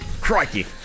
Crikey